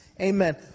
Amen